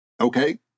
Okay